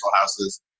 houses